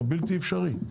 זה בלתי אפשרי.